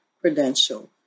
credential